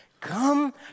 Come